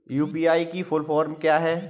UPI की full form क्या है?